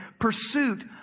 pursuit